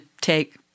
take